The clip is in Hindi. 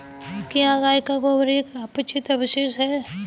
क्या गाय का गोबर एक अपचित अवशेष है?